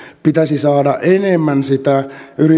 pitäisi saada enemmän sitä